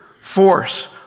force